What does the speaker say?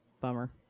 bummer